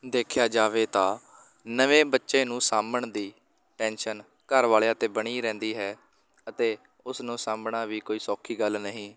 ਦੇਖਿਆ ਜਾਵੇ ਤਾਂ ਨਵੇਂ ਬੱਚੇ ਨੂੰ ਸਾਂਭਣ ਦੀ ਟੈਨਸ਼ਨ ਘਰ ਵਾਲਿਆਂ 'ਤੇ ਬਣੀ ਰਹਿੰਦੀ ਹੈ ਅਤੇ ਉਸਨੂੰ ਸਾਂਭਣਾ ਵੀ ਕੋਈ ਸੌਖੀ ਗੱਲ ਨਹੀਂ